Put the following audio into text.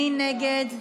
מי נגד?